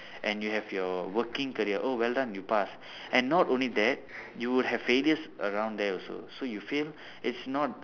and you have your working career oh well done you pass and not only that you will have failures around there also so you fail it's not